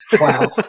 Wow